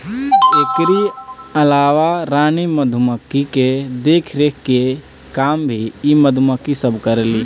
एकरी अलावा रानी मधुमक्खी के देखरेख के काम भी इ मधुमक्खी सब करेली